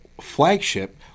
flagship